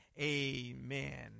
amen